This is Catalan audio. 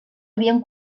havien